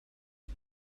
اگه